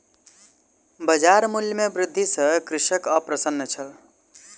बजार मूल्य में वृद्धि सॅ कृषक अप्रसन्न छल